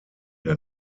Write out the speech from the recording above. der